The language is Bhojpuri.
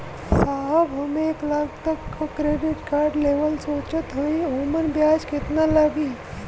साहब हम एक लाख तक क क्रेडिट कार्ड लेवल सोचत हई ओमन ब्याज कितना लागि?